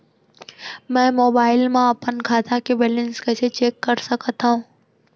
मैं मोबाइल मा अपन खाता के बैलेन्स कइसे चेक कर सकत हव?